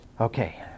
Okay